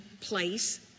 place